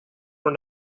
were